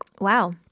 Wow